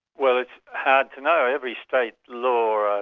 well it's hard to know. every state law,